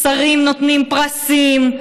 שרים נותנים פרסים,